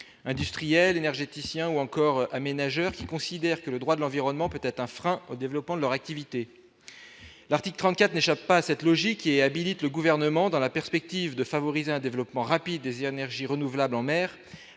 industriels énergéticiens ou encore aménageur qui considère que le droit de l'environnement peut être un frein au développement de leur activité, l'article 34 échappe à cette logique est habilite le gouvernement dans la perspective de favoriser un développement rapide des NRJ renouvelable en mer